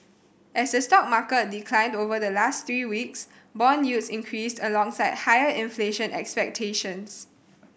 as the stock market declined over the last three weeks bond yields increased alongside higher inflation expectations